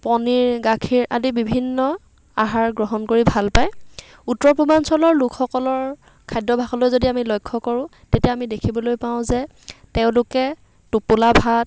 পনীৰ গাখীৰ আদি বিভিন্ন আহাৰ গ্ৰহণ কৰি ভাল পায় উত্তৰ পূৰ্বাঞ্চলৰ লোকসকলৰ খাদ্যভাসলৈ যদি আমি লক্ষ্য কৰোঁ তেতিয়া আমি দেখিবলৈ পাওঁ যে তেওঁলোকে টোপোলা ভাত